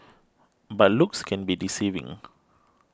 but looks can be deceiving